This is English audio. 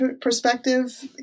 perspective